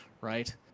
right